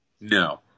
No